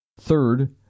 Third